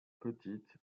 petites